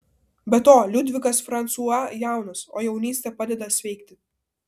be to liudvikas fransua jaunas o jaunystė padeda sveikti